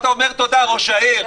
הישיבה